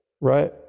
right